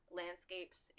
landscapes